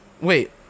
Wait